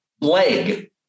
leg